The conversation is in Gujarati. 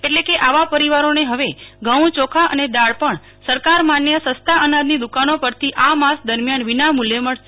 એટલેકે આવા પરિવારો ને હવે ઘઉં ચોખા અને દાળ પણ સરકાર માન્ય સસ્તા અનાજની દુકાનો પરથી આ માસ દરમ્યાન વિના મૂલ્યે મળશે